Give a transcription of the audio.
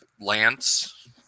lance